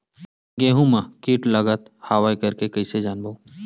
गेहूं म कीट लगत हवय करके कइसे जानबो?